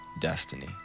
destiny